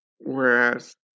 Whereas